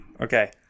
Okay